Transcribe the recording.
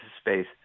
space